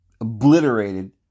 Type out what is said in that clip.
obliterated